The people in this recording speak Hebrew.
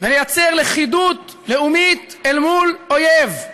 ולייצר לכידות לאומית אל מול אויב.